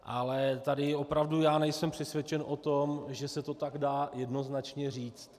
Ale tady opravdu nejsem přesvědčen o tom, že se to tak dá jednoznačně říct.